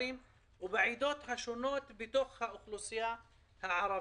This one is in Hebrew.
במגזרים השונים ובעדות השונות בתוך האוכלוסייה הערבית,